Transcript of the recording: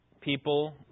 people